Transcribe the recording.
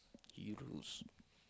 heroes